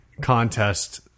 contest